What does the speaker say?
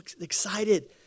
excited